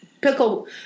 pickle